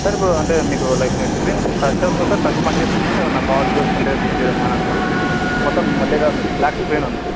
sir ఇప్పుడు అంటే మీకు లైక్ స్క్రీన్ టచ్ అవుతుందా సార్ టచ్ పనిచేస్తుందా ఏమన్న కాల్స్ వస్తుంటే పింగ్ చేయడం కానీ అలా మొత్తం లేదా బ్లాక్ స్క్రీన్ ఉందా